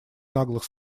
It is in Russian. наглых